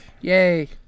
Yay